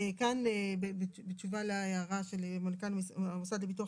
כאן בתשובה להערה של מנכ"ל המוסד לביטוח